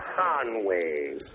Conway